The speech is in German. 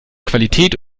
qualität